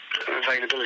availability